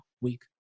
week